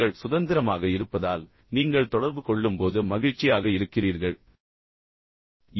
நீங்கள் சுதந்திரமாக இருப்பதால் நீங்கள் தொடர்பு கொள்ளும்போது மகிழ்ச்சியாக இருக்கிறீர்கள் நீங்கள் விரும்புவதைப் பெறுவீர்கள்